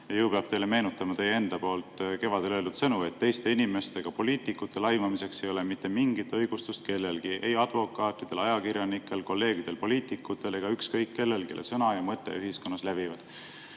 Ju peab teile meenutama teie enda poolt kevadel öeldud sõnu, et teiste inimeste, ka poliitikute laimamiseks ei ole mitte mingit õigustust kellelgi – ei advokaatidel, ajakirjanikel, kolleegidel, poliitikutel ega ükskõik kellel, kelle sõna ja mõte ühiskonnas levivad.